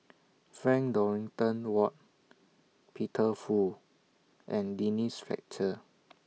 Frank Dorrington Ward Peter Fu and Denise Fletcher